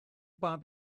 bump